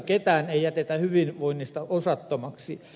ketään ei jätetä hyvinvoinnista osattomaksi